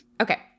Okay